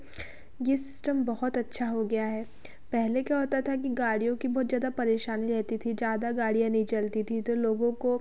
यह सिस्टम बहुत अच्छा हो गया है पहले क्या होता था कि गाड़ियो की बहुत ज़्यादा परेशानी रहती थी ज़्यादा गाड़ियाँ नहीं चलती थीं तो लोगों को